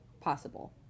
possible